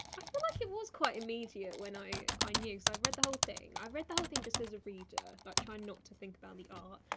i feel like it was quite immediate, when i i knew. so i'd read the whole thing, i read the whole thing just as a reader, like trying not to think about the art,